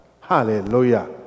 Hallelujah